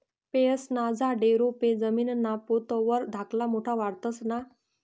फयेस्ना झाडे, रोपे जमीनना पोत वर धाकला मोठा वाढतंस ना?